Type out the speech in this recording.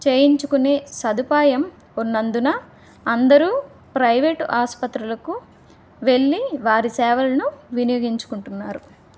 చేయించుకునే సదుపాయం ఉన్నందున అందరూ ప్రైవేటు ఆసుపత్రులకు వెళ్లి వారి సేవలను వినియోగించుకుంటున్నారు